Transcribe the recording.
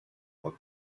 what